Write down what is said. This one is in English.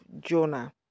Jonah